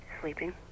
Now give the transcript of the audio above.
Sleeping